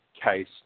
case